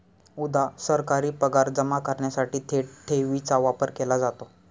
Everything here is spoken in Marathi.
उदा.सरकारी पगार जमा करण्यासाठी थेट ठेवीचा वापर केला जातो